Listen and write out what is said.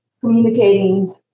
communicating